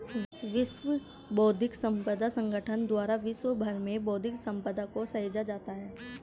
विश्व बौद्धिक संपदा संगठन के द्वारा विश्व भर में बौद्धिक सम्पदा को सहेजा जाता है